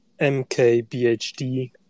MKBHD